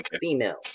female